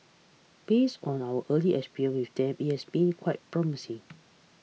based on our early experience with them it has been quite promising